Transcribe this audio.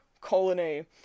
colony